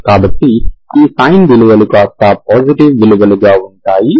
కాబట్టి ఈ సైన్ విలువలు కాస్తా పాజిటివ్ విలువలుగా ఉంటాయి